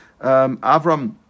Avram